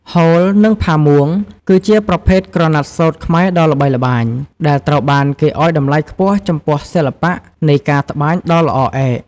ហូល និងផាមួង គឺជាប្រភេទក្រណាត់សូត្រខ្មែរដ៏ល្បីល្បាញ ដែលត្រូវបានគេឱ្យតម្លៃខ្ពស់ចំពោះសិល្បៈនៃការត្បាញដ៏ល្អឯក។